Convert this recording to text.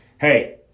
hey